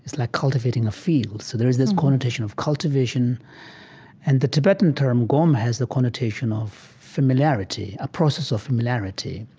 like cultivating a field. so there is this connotation of cultivation and the tibetan term gom has the connotation of familiarity, a process of familiarity.